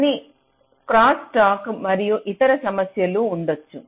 కొన్ని cross talk మరియు ఇతర సమస్యలు ఉండొచ్చు